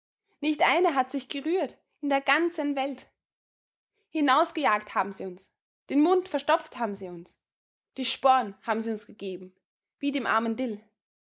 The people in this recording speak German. nicht eine hat sich gerührt in der ganzen welt hinausgejagt haben sie uns den mund verstopft haben sie uns die sporn haben sie uns gegeben wie dem armen dill